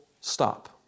stop